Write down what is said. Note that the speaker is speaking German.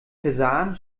versahen